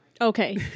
Okay